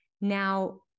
Now